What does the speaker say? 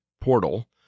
portal